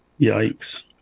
Yikes